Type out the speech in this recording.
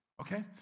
Okay